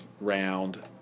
round